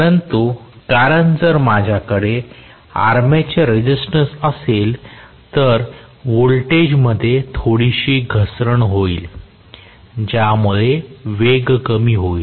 परंतु कारण जर माझ्याकडे आर्मेचर रेझिस्टन्स असेल तर व्होल्टेजमध्ये थोडीशी घसरण होईल ज्यामुळे वेग कमी होईल